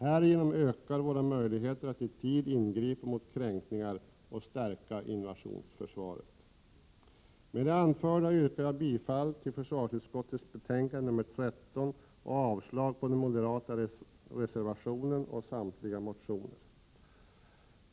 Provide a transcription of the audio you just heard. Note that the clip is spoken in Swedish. Härigenom ökar våra möjligheter att i tid ingripa mot kränkningar och stärka invasionsförsvaret. Med det anförda yrkar jag bifall till försvarsutskottets hemställan i dess betänkande nr 13 och avslag på den moderata reservationen och samtliga motioner.